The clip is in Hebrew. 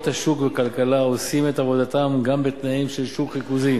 השוק בכלכלה עושים את עבודתם גם בתנאים של שוק ריכוזי.